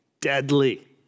deadly